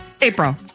April